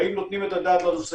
והאם נותנים את הדעת לנושא?